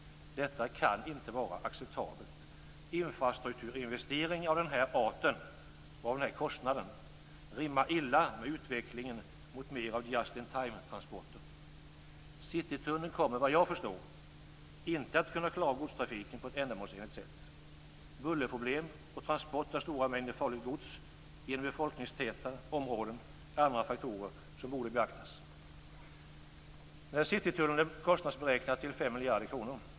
Detta kan inte vara acceptabelt. Infrastrukturinvesteringar av den här arten och till den här kostnaden rimmar illa med utvecklingen mot mer av just-in-time-transporter. Citytunneln kommer, såvitt jag förstår, inte att kunna klara godstrafiken på ett ändamålsenligt sätt. Bullerproblem och transport av stora mängder farligt gods genom befolkningstäta områden är andra faktorer som borde beaktas. Citytunneln är kostnadsberäknad till 5 miljarder kronor.